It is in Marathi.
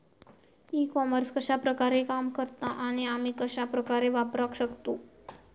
ई कॉमर्स कश्या प्रकारे काम करता आणि आमी कश्या प्रकारे वापराक शकतू?